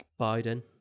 Biden